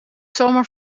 zomaar